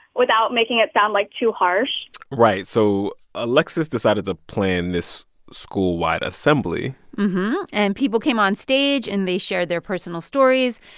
without making it sound, like, too harsh right. so alexis decided to plan this school-wide assembly and people came onstage. and they shared their personal stories.